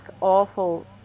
awful